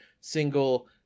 single